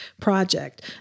project